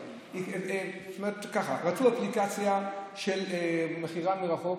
ככה: רצו אפליקציה של מכירה מרחוק,